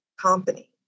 company